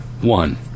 one